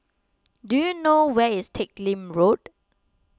do you know where is Teck Lim Road